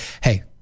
hey